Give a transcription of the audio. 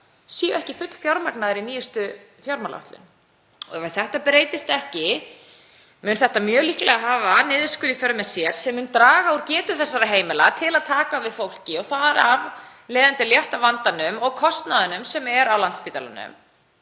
séu ekki fullfjármagnaðir í nýjustu fjármálaáætlun. Ef þetta breytist ekki mun þetta mjög líklega hafa niðurskurð í för með sér sem mun draga úr getu þessara heimila til að taka við fólki og þar af leiðandi létta á vandanum og kostnaðinum sem er á Landspítalanum.